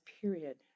period